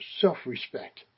self-respect